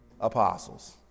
apostles